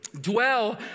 Dwell